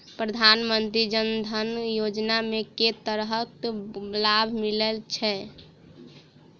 प्रधानमंत्री जनधन योजना मे केँ तरहक लाभ मिलय छै?